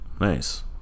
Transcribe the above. Nice